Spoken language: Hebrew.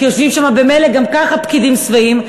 כי יושבים שם ממילא גם ככה פקידים שבעים,